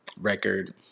record